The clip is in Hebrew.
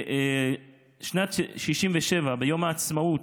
בשנת 1967, ביום העצמאות,